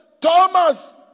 Thomas